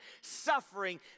suffering